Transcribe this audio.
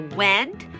went